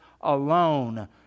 alone